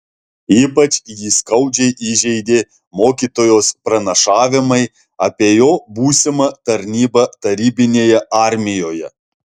ypač jį skaudžiai įžeidė mokytojos pranašavimai apie jo būsimą tarnybą tarybinėje armijoje